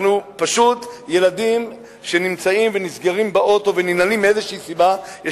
ילדים שנסגרים וננעלים באוטו מסיבה כלשהי,